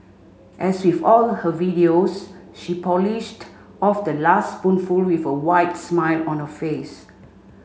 as with all her videos she polished off the last spoonful with a wide smile on her face